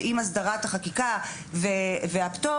שעם הסדרת החקיקה והפטור,